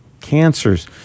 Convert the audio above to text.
cancers